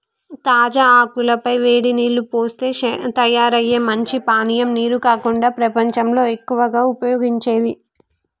తాజా ఆకుల పై వేడి నీల్లు పోస్తే తయారయ్యే మంచి పానీయం నీరు కాకుండా ప్రపంచంలో ఎక్కువగా ఉపయోగించేది